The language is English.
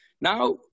Now